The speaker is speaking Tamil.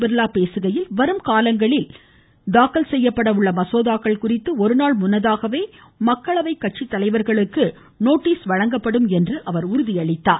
பிர்லா பேசுகையில் வரும் காலங்களில் தாக்கல் செய்யப்பட உள்ள மசோதாக்கள் குறித்து ஒருநாள் முன்னதாகவே மக்களவை கட்சி தலைவர்களுக்கு அறிவிப்பது உறுதி செய்யப்படும் என்றும் அவர் தெரிவித்தார்